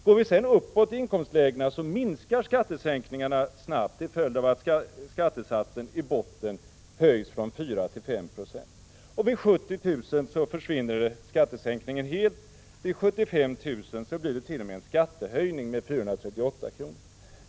Går vi sedan uppåt i inkomstlägena, så minskar skattesänkningarna snabbt till följd av att skattesatsen i botten höjs från 4 26 till 5 26, och vid en inkomst på 70 000 kr. försvinner skattesänkningen helt, vid 75 000 kr. blir det t.o.m. en skattehöjning med 438 kr.